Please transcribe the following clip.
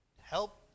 help